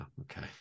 Okay